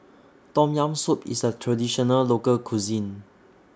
Tom Yam Soup IS A Traditional Local Cuisine